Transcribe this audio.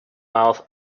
mouth